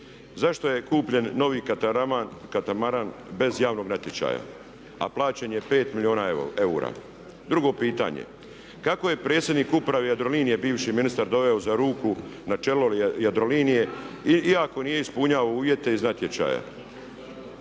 Zašto je kupljen novi katamaran bez javnog natječaja, a plaćen je 5 milijuna eura? Drugo pitanje, kako je predsjednika Uprave Jadrolinije bivši ministar doveo za ruku na čelo Jadrolinije iako nije ispunjavao uvjete iz natječaja?